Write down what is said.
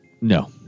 No